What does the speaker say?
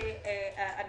אני